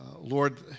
Lord